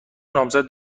نامزد